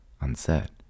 unsaid